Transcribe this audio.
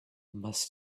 must